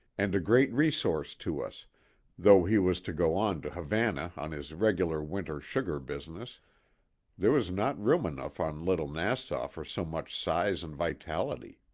and a great resource to us though he was to go on to havana on his regular winter sugar business there was not room enough on little nassau for so much size and vitality.